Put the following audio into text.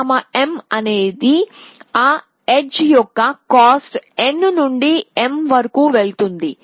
knm అనేది ఆ edge యొక్క కాస్ట్ n నుండి m వరకు వెళుతుంది